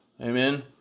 amen